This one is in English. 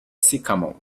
sycamore